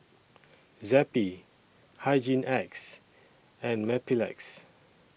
Zappy Hygin X and Mepilex